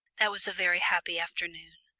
that was a very happy afternoon.